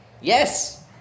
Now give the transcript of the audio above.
Yes